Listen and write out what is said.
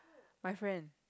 my friend